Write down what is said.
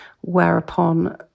whereupon